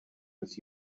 with